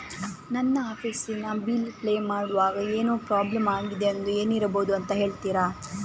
ನನ್ನ ಆಫೀಸ್ ನ bill pay ಮಾಡ್ವಾಗ ಏನೋ ಪ್ರಾಬ್ಲಮ್ ಆಗಿದೆ ಅದು ಏನಿರಬಹುದು ಅಂತ ಹೇಳ್ತೀರಾ?